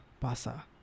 Pasa